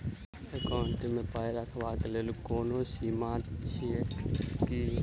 Account मे पाई रखबाक कोनो सीमा छैक की?